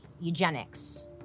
eugenics